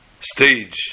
stage